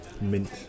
mint